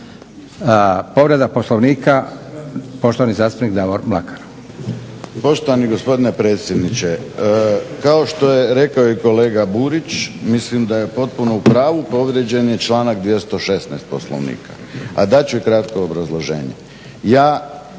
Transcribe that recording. Povreda Poslovnika poštovani zastupnik Davor Mlakar.